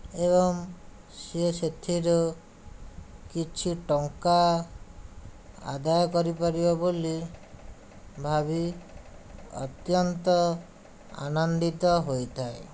ଏବଂ ସିଏ ସେଥିରୁ କିଛି ଟଙ୍କା ଆଦାୟ କରିପାରିବ ବୋଲି ଭାବି ଅତ୍ୟନ୍ତ ଆନନ୍ଦିତ ହୋଇଥାଏ